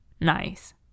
Nice